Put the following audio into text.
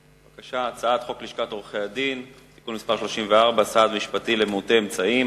על הצעת חוק לשכת עורכי-הדין (תיקון מס' 34) (סעד משפטי למעוטי אמצעים),